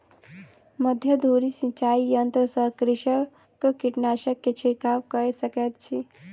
मध्य धूरी सिचाई यंत्र सॅ कृषक कीटनाशक के छिड़काव कय सकैत अछि